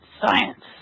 Science